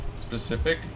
specific